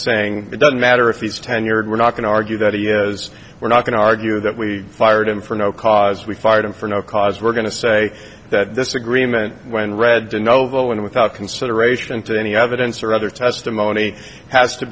saying it doesn't matter if he's tenured we're not going to argue that he is we're not going to argue that we fired him for no cause we fired him for no cause we're going to say that disagreement when read the noble one without consideration to any evidence or other testimony has to